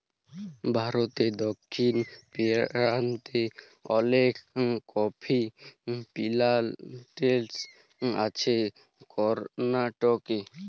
ভারতে দক্ষিণ পেরান্তে অলেক কফি পিলানটেসন আছে করনাটকে